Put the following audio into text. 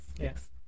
Yes